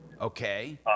Okay